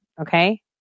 okay